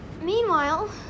Meanwhile